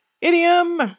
idiom